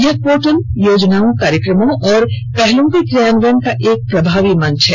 यह पोर्टल योजनाओं कार्यक्रमों और पहलों के क्रियान्वयन का एक प्रभावी मंच है